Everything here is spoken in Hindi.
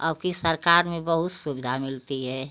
अब की सरकार में बहुत सुविधा मिलती है